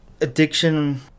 addiction